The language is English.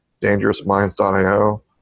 dangerousminds.io